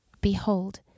Behold